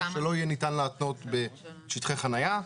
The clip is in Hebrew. שלא יהיה ניתן להתנות בשטחי חניה.